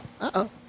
Uh-oh